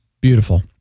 Beautiful